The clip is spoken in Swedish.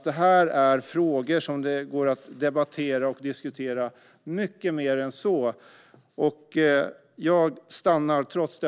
Det här är frågor som kan debatteras och diskuteras mycket mer än så.